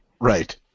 Right